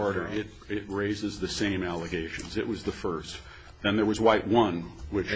order it it raises the same allegations it was the first and there was white one which